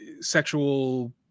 sexual